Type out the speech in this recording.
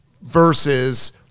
versus